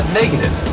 negative